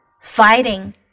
fighting